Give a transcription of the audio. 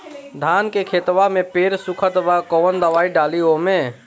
धान के खेतवा मे पेड़ सुखत बा कवन दवाई डाली ओमे?